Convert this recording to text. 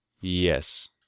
Yes